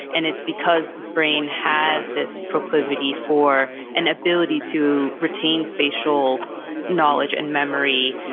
and it's because the brain has this proclivity for an ability to retain spatial knowledge and memory